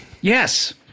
Yes